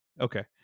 Okay